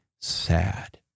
sad